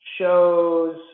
shows